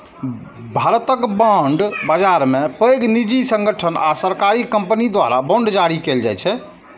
भारतक बांड बाजार मे पैघ निजी संगठन आ सरकारी कंपनी द्वारा बांड जारी कैल जाइ छै